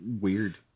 weird